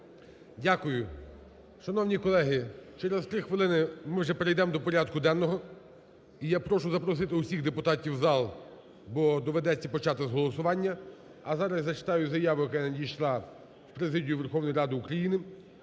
Дякую. Шановні колеги, через 3 хвилини ми вже перейдемо до порядку денного. І я прошу запросити усіх депутатів в зал, бо доведеться почати з голосування. А зараз зачитаю заяву, яка надійшла в президію Верховної Ради України